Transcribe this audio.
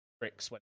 tricks